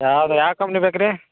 ಯಾವ್ದು ಯಾವ ಕಂಪ್ನಿ ಬೇಕು ರೀ